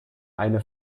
eine